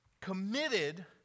committed